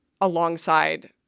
alongside